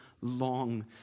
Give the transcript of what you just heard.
long